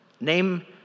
Name